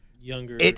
Younger